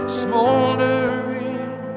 smoldering